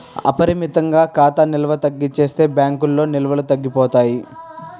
అపరిమితంగా ఖాతా నిల్వ తగ్గించేస్తే బ్యాంకుల్లో నిల్వలు తగ్గిపోతాయి